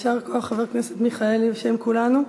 יישר כוח, חבר הכנסת מיכאלי, בשם כולנו.